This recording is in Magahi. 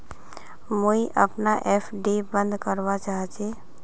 मुई अपना एफ.डी बंद करवा चहची